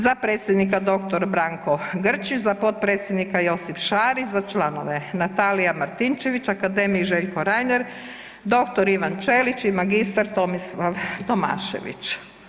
Za predsjednika dr. Branko Grčić, za potpredsjednika Josip Šarić, za članove: Natalija Martinčević, akademik Željko Reiner, dr. Ivan Ćelić i mag. Tomislav Tomašević.